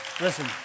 Listen